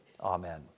Amen